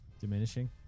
Diminishing